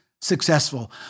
successful